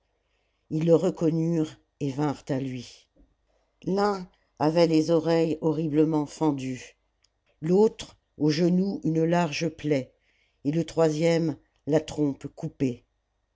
ils le reconnurent et vinrent à lui l'un avait les oreilles horriblement fendues l'autre au genou une large plaie et le troisième la trompe coupée